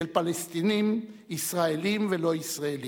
של פלסטינים, ישראלים ולא ישראלים.